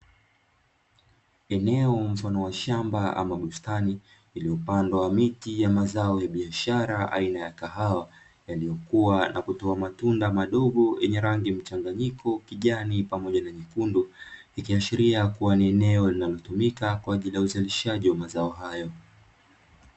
Eneo mfano wa shamba ama bustani iliyopandwa miti ya mazao ya biashara aina ya kahawa, yaliyokuwa na kutoa matunda madogo yenye rangi mchanganyiko kijani pamoja na nyekundu, ikiashiria kuwa ni eneo linalotumika kwa ajili ya uzalishaji wa mazao hayo.